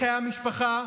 בחיי המשפחה.